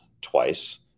twice